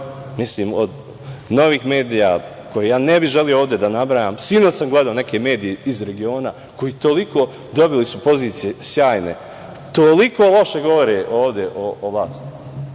Mislim, od novih medija, koje ja ne bi želeo ovde da nabrajam, sinoć sam gledao neke medije iz regiona koji toliko, dobili su pozicije sjajne, toliko loše govore ovde o vlasti